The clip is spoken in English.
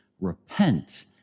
Repent